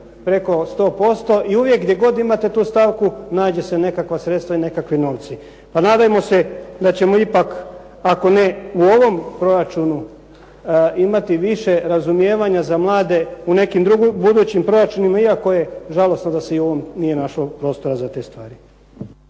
preko 100% i uvijek gdje god imate tu stavku nađe se nekakva sredstva i nekakvi novci. Pa nadajmo se da ćemo ipak, ako ne u ovom proračunu, imati više razumijevanja za mlade u nekim budućim proračunima, iako je žalosno da se i u ovom nije našlo prostora za te stvari.